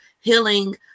healing